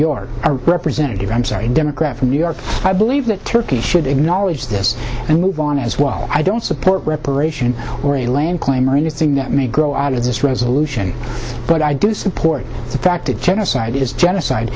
york representative i'm sorry democrat from new york i believe that turkey should acknowledge this and move on as well i don't support reparation or a land claim or anything that may grow out of this resolution but i do support the fact that genocide is genocide